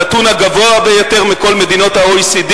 הנתון הגבוה ביותר מכל מדינות ה-OECD.